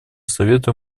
совета